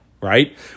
right